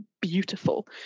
beautiful